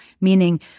meaning